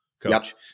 coach